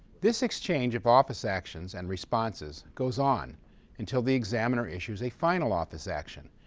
this exchange of office actions and responses goes on until the examiner issues a final office action,